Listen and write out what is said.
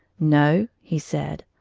no, he said,